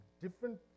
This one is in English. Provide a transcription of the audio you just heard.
different